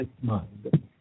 mind